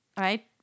Right